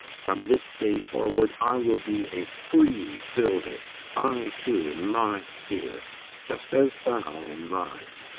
from this day forward i will be a free builder i too, in my sphere just as thou in thine.